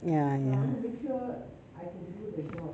ya ya